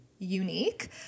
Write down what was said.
unique